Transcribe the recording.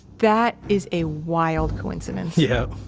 that is a wild coincidence yep.